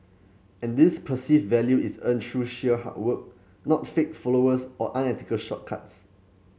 and this perceived value is earned through sheer hard work not fake followers or unethical shortcuts